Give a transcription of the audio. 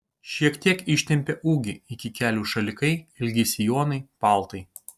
šiek tiek ištempia ūgį iki kelių šalikai ilgi sijonai paltai